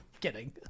kidding